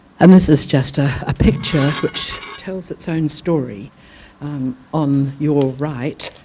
um this is just a ah picture which tells it's own story on your right,